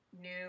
new